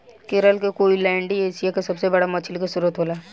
केरल के कोईलैण्डी एशिया के सबसे बड़ा मछली के स्त्रोत होला